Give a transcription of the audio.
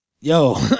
yo